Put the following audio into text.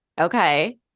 Okay